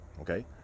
Okay